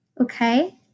Okay